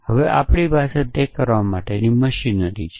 હવે આપણી પાસે તે કરવા માટેની મશીનરી છે